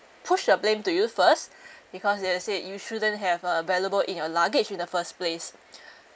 push the blame to you first because they will say you shouldn't have a valuable in your luggage in the first place